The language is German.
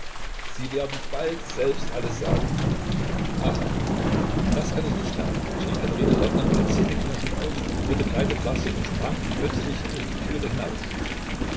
sie werden bald selbst alles sagen ach das kann ich nicht leiden schrie katerina lwowna mit den zähnen knirschend auf wurde kreideblaß und sprang plötzlich durch die türe hinaus